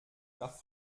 nach